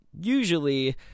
usually